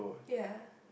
ya